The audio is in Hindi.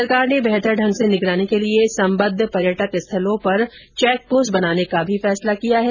सरकार ने बेहतर ढ़ंग से निगरानी के लिए संबद्व पर्यटक स्थलों पर चौक पोस्ट बनाने का भी फैसला किया है